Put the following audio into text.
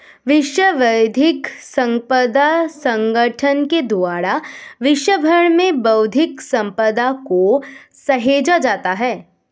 विश्व बौद्धिक संपदा संगठन के द्वारा विश्व भर में बौद्धिक सम्पदा को सहेजा जाता है